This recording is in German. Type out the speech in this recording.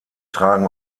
tragen